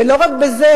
ולא רק בזה,